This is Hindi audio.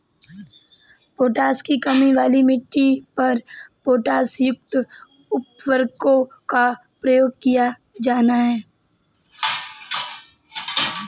पोटाश की कमी वाली मिट्टी पर पोटाशयुक्त उर्वरकों का प्रयोग किया जाना है